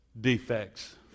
defects